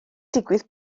digwydd